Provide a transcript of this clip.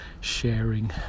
sharing